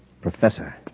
Professor